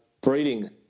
breeding